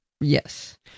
Yes